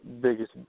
biggest